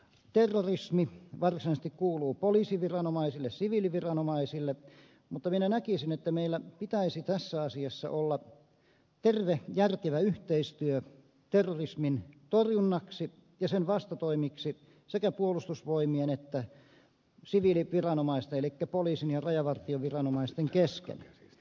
terrorismi varsinaisesti kuuluu poliisiviranomaisille siviiliviranomaisille mutta minä näkisin että meillä pitäisi tässä asiassa olla terve järkevä yhteistyö terrorismin torjunnaksi ja sen vastatoimiksi sekä puolustusvoimien että siviiliviranomaisten elikkä poliisin ja rajavartioviranomaisten kesken